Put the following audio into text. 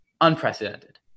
Unprecedented